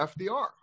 FDR